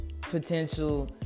Potential